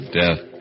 death